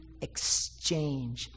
exchange